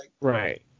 Right